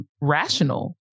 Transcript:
rational